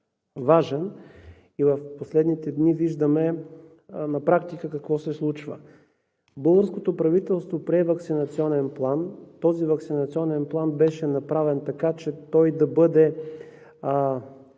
важен. В последните дни виждаме на практика какво се случва. Българското правителство прие Ваксинационен план. Този ваксинационен план беше направен така, че той да бъде